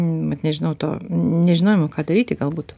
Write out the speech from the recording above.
mat nežinau to nežinojimo ką daryti galbūt